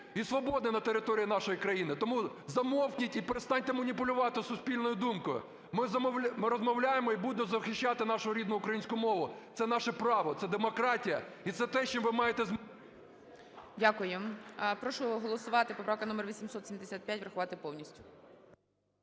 і свободи на території нашої країни? Тому замовкніть і перестаньте маніпулювати суспільною думкою. Ми розмовляємо і будемо захищати нашу рідну українську мову. Це наша право, це демократія і це те, що ви маєте… ГОЛОВУЮЧИЙ. Дякую. Прошу голосувати. Поправка номер 875 - врахувати повністю.